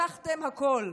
לקחתם הכול.